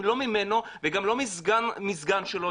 לא ממנו וגם לא מהסגן שלו,